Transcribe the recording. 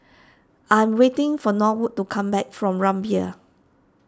I'm waiting for Norwood to come back from Rumbia